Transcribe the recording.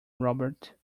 robert